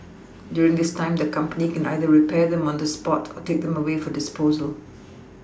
during this time the company can either repair them on the spot or take them away for disposal